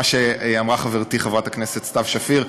מה שאמרה חברתי חברת הכנסת סתיו שפיר.